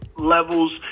Levels